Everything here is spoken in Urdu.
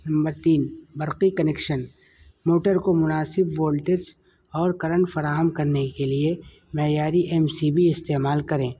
نمبر تین برقی کنیکشن موٹر کو مناسب وولٹیج اور کرنٹ فراہم کرنے کے لیے معیاری ایم سی بی استعمال کریں